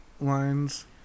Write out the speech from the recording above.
lines